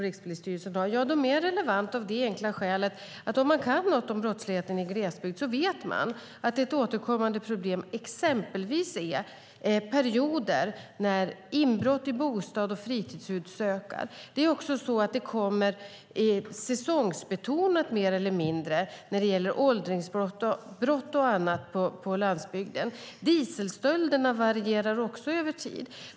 Rikspolisstyrelsens specialprojekt är relevanta av det enkla skälet att om man kan något om brottsligheten i glesbygd så vet man att ett återkommande problem exempelvis är perioder när inbrott i bostads och fritidshus ökar. Även åldringsbrott och annat på landsbygden är mer eller mindre säsongsbetonade. Dieselstölderna varierar också över tid.